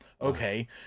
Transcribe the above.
okay